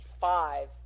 five